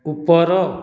ଉପର